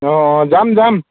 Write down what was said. অঁ অঁ যাম যাম